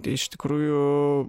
iš tikrųjų